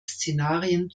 szenarien